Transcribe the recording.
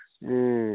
ए